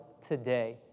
today